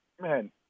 man